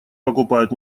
покупают